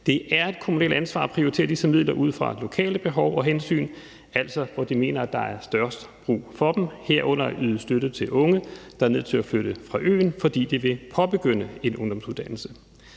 Det er et kommunalt ansvar at prioritere disse midler ud fra lokale behov og hensyn, altså hvor de mener, at der er størst brug for dem, herunder at yde støtte til unge, der er nødt til at flytte fra øen, fordi de vil påbegynde en ungdomsuddannelse.